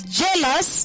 jealous